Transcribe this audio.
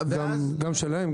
גם שלהם,